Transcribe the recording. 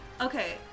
okay